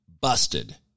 busted